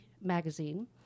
magazine